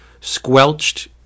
squelched